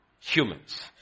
humans